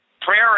Prayer